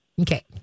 Okay